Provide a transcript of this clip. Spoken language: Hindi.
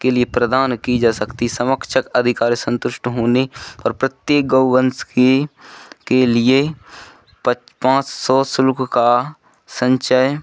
के लिए प्रदान की जा सकती समक्ष अधिकार संतुष्ट होने और प्रत्येक गौ वंश की के लिए प पाँच सौ शुल्क का संचय